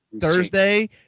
Thursday